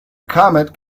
comet